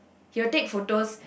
he will take photos